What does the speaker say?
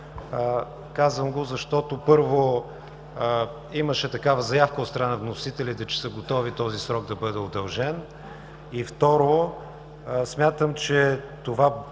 Казвам го, защото, първо, имаше такава заявка от страна на вносителите, че са готови този срок да бъде удължен. И, второ, смятам, че това бързане